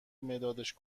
مدادش